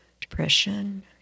Depression